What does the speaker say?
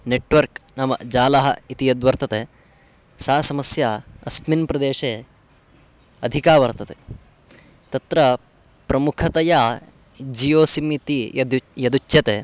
network नाम जालः इति यद्वर्तते सा समस्या अस्मिन् प्रदेशे अधिका वर्तते तत्र प्रमुखतया जियो सिम् इति यदुच् यद् यदुच्यते